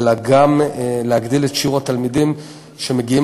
אלא גם להגדיל את שיעור התלמידים שמגיעים